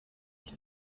byo